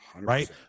right